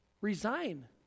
resign